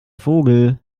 vogel